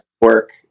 work